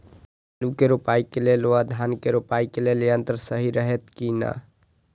आलु के रोपाई के लेल व धान के रोपाई के लेल यन्त्र सहि रहैत कि ना?